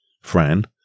Fran